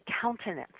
countenance